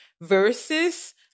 versus